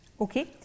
Okay